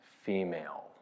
female